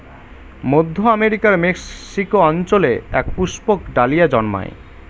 মধ্য আমেরিকার মেক্সিকো অঞ্চলে এক পুষ্পক ডালিয়া জন্মায়